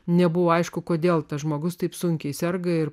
nebuvo aišku kodėl tas žmogus taip sunkiai serga ir